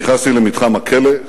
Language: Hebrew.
נכנסתי למתחם הכלא,